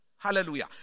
Hallelujah